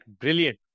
Brilliant